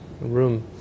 room